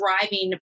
driving